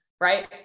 right